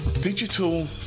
Digital